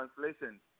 translation